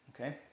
Okay